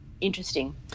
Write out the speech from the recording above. Interesting